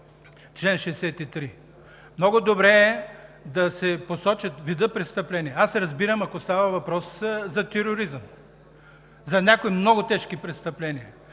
чл. 63. Много добре е да се посочат вида престъпления. Разбирам, ако става въпрос за тероризъм, за някои много тежки престъпления,